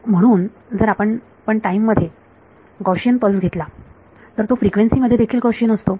तर म्हणून जर आपण पण टाईम मध्ये गॉशियन पल्स घेतला तर तो फ्रिक्वेन्सी मध्ये देखील गॉशियन असतो